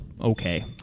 okay